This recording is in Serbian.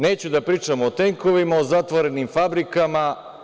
Neću da pričam o tenkovima, o zatvorenim fabrikama.